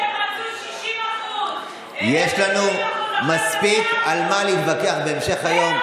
צריך להזכיר להם שהם רצו 60% ועכשיו 100%. יש לנו מספיק על מה להתווכח בהמשך היום.